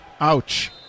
Ouch